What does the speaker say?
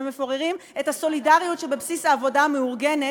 ומפוררים את הסולידריות שבבסיס העבודה המאורגנת,